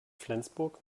flensburg